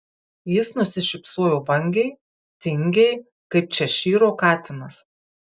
jis nusišypsojo vangiai tingiai kaip češyro katinas